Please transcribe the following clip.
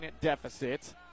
deficit